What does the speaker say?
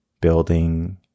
building